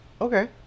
okay